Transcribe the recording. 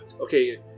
Okay